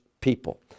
people